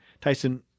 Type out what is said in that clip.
Tyson